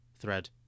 Thread